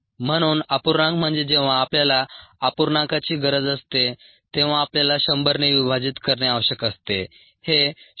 म्हणून अपूर्णांक म्हणजे जेव्हा आपल्याला अपूर्णांकाची गरज असते तेव्हा आपल्याला 100 ने विभाजित करणे आवश्यक असते हे 0